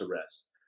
arrest